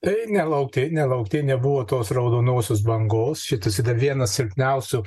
tai nelauktai nelauktai nebuvo tos raudonosios bangos šitas vienas silpniausių